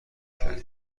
کرد